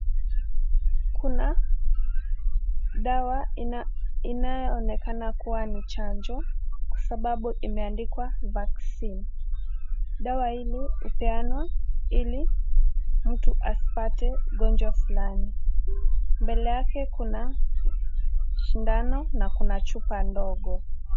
Kuna dawa inayoonekana kuwa ni chanjo kwa sababu imeandikwa vaccine . Dawa hili hupeanwa ili mtu asipate ugonjwa fulani. Mbele yake kuna sindano na kuna chupa ndogo.